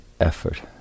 effort